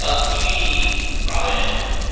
ah phoebe! robin.